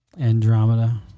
Andromeda